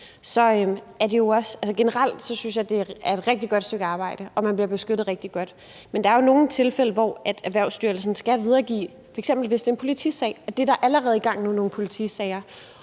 sige, at det generelt er et rigtig godt stykke arbejde, og at man bliver beskyttet rigtig godt, men at der jo er nogle tilfælde, hvor Erhvervsstyrelsen skal videregive det, f.eks. hvis det er en politisag – og der er allerede nogle politisager